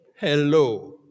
hello